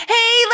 Hey